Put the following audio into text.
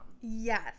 Yes